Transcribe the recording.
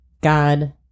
God